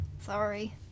Sorry